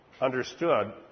understood